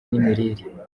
n’imirire